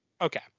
Okay